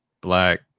Black